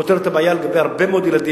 פותרת את הבעיה לגבי הרבה מאוד ילדים